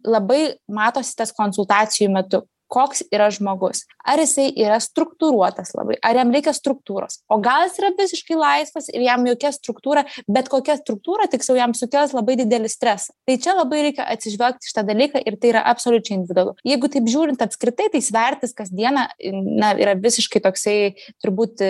labai matosi tas konsultacijų metu koks yra žmogus ar jisai yra struktūruotas labai ar jam reikia struktūros o gal jis yra visiškai laisvas ir jam jokia struktūra bet kokia struktūra tiksliau jam sukels labai didelį stresą tai čia labai reikia atsižvelgt į šitą dalyką ir tai yra absoliučiai individualu jeigu taip žiūrint apskritai tai svertis kasdieną na yra visiškai toksai turbūt